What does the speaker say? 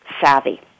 savvy